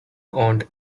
owned